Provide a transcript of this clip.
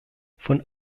von